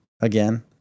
again